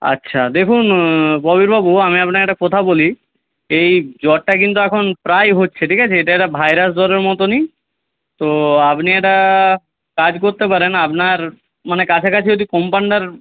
আচ্ছা দেখুন প্রবীর বাবু আমি আপনাকে একটা কথা বলি এই জ্বরটা কিন্তু এখন প্রায় হচ্ছে ঠিক আছে এটা একটা ভাইরাস জ্বরের মতনই তো আপনি একটা কাজ করতে পারেন আপনার মানে কাছাকাছি যদি কম্পাউন্ডার